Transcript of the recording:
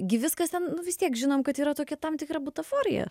gi viskas ten nu vis tiek žinom kad yra tokia tam tikra butaforija